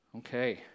Okay